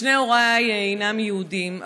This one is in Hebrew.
שני הוריי אינם יהודים,